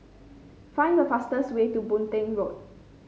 find the fastest way to Boon Teck Road